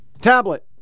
Tablet